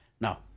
Now